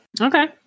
Okay